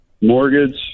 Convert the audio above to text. mortgage